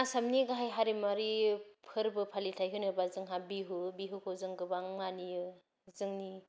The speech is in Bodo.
आसामनि गाहाय हारिमुवारि फोरबो फालिथाय होनोबा जोंहा बिहु बिहुखौ जों गोबां मानियो जोंनि